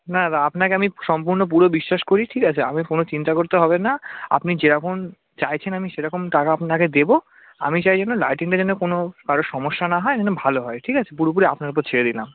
না দাদা আপনাকে আমি সম্পূর্ণ পুরো বিশ্বাস করি ঠিক আছে আপনাকে কোনো চিন্তা করতে হবে না আপনি যেরকম চাইছেন আমি সেরকম টাকা আপনাকে দেবো আমি চাই যেন লাইটিংটা যেন কোনো কারো সমস্যা না হয় একদম ভালো হয় ঠিক আছে পুরোপুরি আপনার ওপর ছেড়ে দিলাম